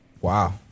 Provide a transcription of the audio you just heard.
Wow